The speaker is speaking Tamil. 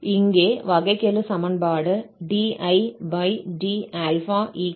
இங்கே வகைக்கெழு சமன்பாடு dId∝ ∝2I உள்ளது